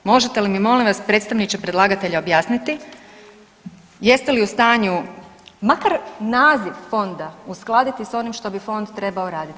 Možete li mi molim vas predstavniče predlagatelja objasniti jeste li u stanju makar naziv fonda uskladiti sa onim što bi fond trebao raditi?